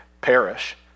perish